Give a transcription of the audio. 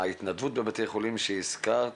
ההתנדבות בבתי חולים שהזכרת,